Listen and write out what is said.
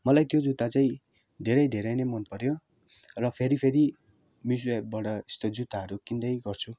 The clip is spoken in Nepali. मलाई त्यो जुत्ता चाहिँ धेरै धेरै नै मन पऱ्यो र फेरि फेरि मिसो एपबाट यस्तो जुत्ताहरू किन्दै गर्छु